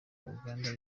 uganda